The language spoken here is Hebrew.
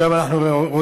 שהיום אנחנו רואים,